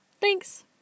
Thanks